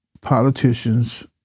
politicians